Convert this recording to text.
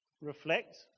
reflect